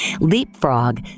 Leapfrog